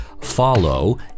follow